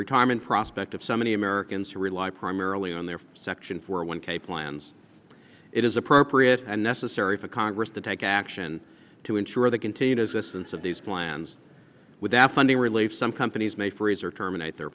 retirement prospect of so many americans who rely primarily on their section for one k plans it is appropriate and necessary for congress to take action to ensure the continued existence of these plans without funding relief some companies may freeze or terminate their